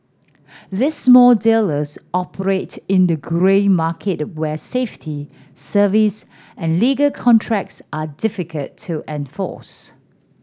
these small dealers operate in the grey market where safety service and legal contracts are difficult to enforce